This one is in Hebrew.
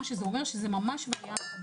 ולכן זה אומר שזה ממש וריאנט חדש.